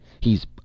He's